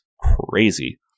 crazy